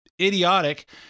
idiotic